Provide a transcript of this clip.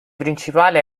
principale